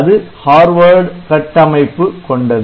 அது ஹார்வர்டு கட்டமைப்பு கொண்டது